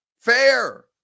fair